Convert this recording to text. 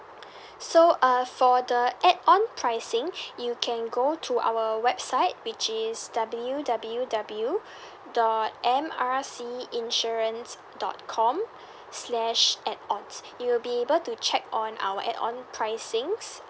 so uh for the add on pricing you can go to our website which is W_W_W dot M R C insurance dot com slash add ons you will be able to check on our add on pricings